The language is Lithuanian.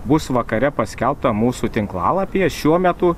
bus vakare paskelbta mūsų tinklalapyje šiuo metu